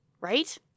right